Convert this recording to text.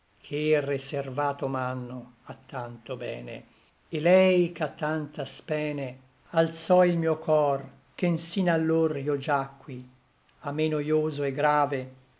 che reservato m'ànno a tanto bene et lei ch'a tanta spene alzò il mio cor ché nsin allor io giacqui a me noioso et grave